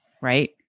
right